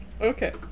Okay